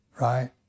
right